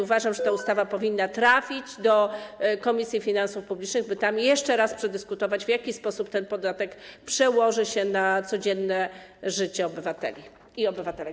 Uważam, że ta ustawa powinna trafić do Komisji Finansów Publicznych, by tam jeszcze raz można było przedyskutować, w jaki sposób ten podatek przełoży się na codzienne życie obywateli i obywatelek.